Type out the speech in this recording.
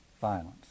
violence